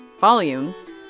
volumes